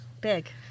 Big